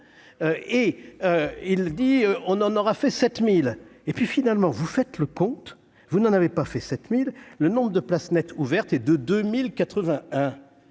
et il dit on en aura fait sept mille et puis finalement, vous faites le compte, vous n'en avez pas fait 7000 le nombre de places nette ouverte et de 2080